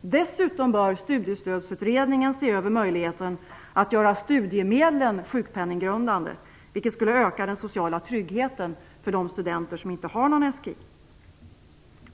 Dessutom bör Studiestödsutredningen se över möjligheten att göra studiemedlen sjukpenninggrundande, vilket skulle öka den sociala tryggheten för de studenter som inte har någon SGI.